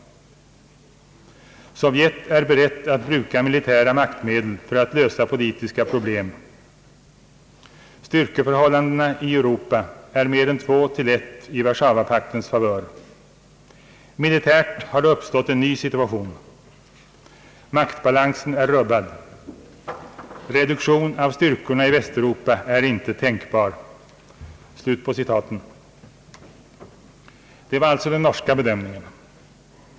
——— Sovjet är berett att bruka militära maktmedel för att lösa politiska problem. ——— Styrkeförhållandena i Europa är mer än 2—1 i Warszawapaktens favör. ——— Militärt har det uppstått en ny situation. ——— Maktbalansen är rubbad. ——— Reduktion av styrkorna i Västeuropa är inte tänkbar.» Det var alltså den norska bedömningen.